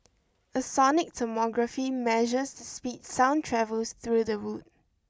a sonic tomography measures speed sound travels through the wood